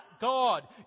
God